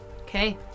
Okay